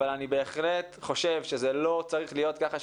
אבל אני בהחלט חושב שזה לא צריך להיות ככה,